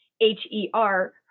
H-E-R